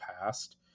past